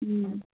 ও